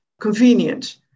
convenient